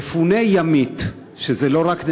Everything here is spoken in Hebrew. מפוני ימית, שזה לא רק נתיב-העשרה,